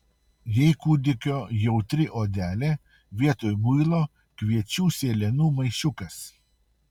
jei kūdikio jautri odelė vietoj muilo kviečių sėlenų maišiukas